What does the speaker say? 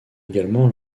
également